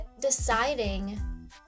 deciding